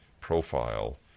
profile